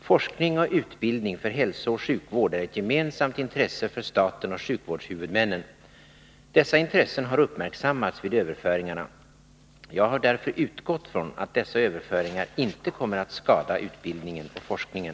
Forskning och utbildning för hälsooch sjukvård är ett gemensamt intresse för staten och sjukvårdshuvudmännen. Dessa intressen har uppmärksammats vid överföringarna. Jag har därför utgått från att dessa överföringar inte kommer att skada utbildningen och forskningen.